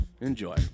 Enjoy